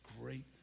great